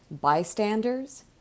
bystanders